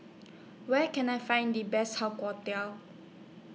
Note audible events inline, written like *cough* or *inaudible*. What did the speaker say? Where Can I Find The Best How *unintelligible*